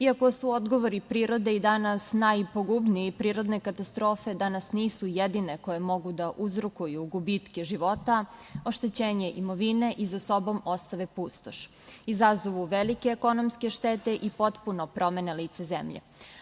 Iako su odgovori prirode i danas najpogubniji, prirodne katastrofe danas nisu jedine koje mogu da uzrokuju gubitke života, oštećenje imovine, za sobom ostave pustoš, izazovu velike ekonomske štete i potpuno promene lice zemlje.